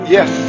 Yes